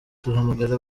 duhamagara